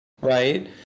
right